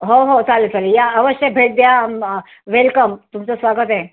हो हो चालेल चालेल या अवश्य भेट द्या वेलकम तुमचं स्वागत आहे